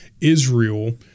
Israel